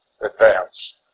advance